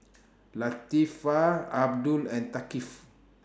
Latifa Abdul and Thaqif